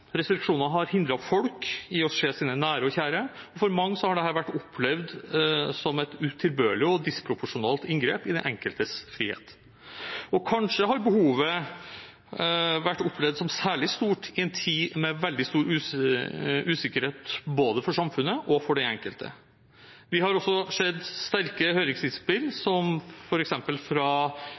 har hindret folk i å se sine nære og kjære, og for mange har dette vært opplevd som et utilbørlig og disproporsjonalt inngrep i den enkeltes frihet. Og kanskje har behovet vært opplevd som særlig stort i en tid med veldig stor usikkerhet for både samfunnet og den enkelte. Vi har også sett sterke høringsinnspill, f.eks. fra Facebook-gruppen «Vi som ønsker våre foreldre fra